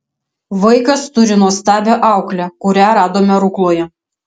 vaikas turi nuostabią auklę kurią radome rukloje